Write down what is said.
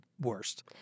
worst